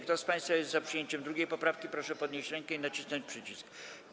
Kto z państwa jest za przyjęciem 2. poprawki, proszę podnieść rękę i nacisnąć przycisk.